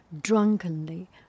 drunkenly